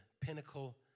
pinnacle